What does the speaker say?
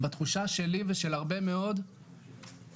ובתחושה שלי ושל הרבה מאוד מתעסקים